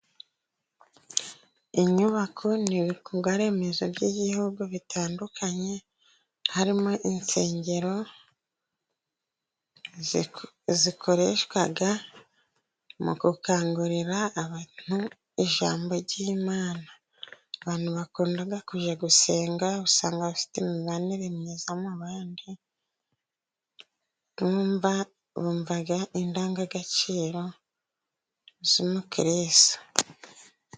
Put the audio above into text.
Inyubako ni ibikorwaremezo by'ibihugu bitandukanye, harimo insengero zikoreshwa mu gukangurira abantu ijambo ry'Imana. Abantu bakunda kujya gusenga, usanga bafite imibanire myiza mu bandi, bumva indangagaciro z'umukirisitu.